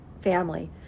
family